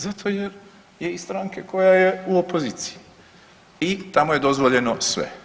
Zato jer je iz stranke koja je u opoziciji i tamo je dozvoljeno sve.